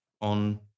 on